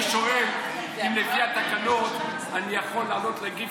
אני שואל אם לפי התקנון אני יכול לעלות להגיב,